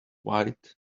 wide